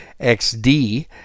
XD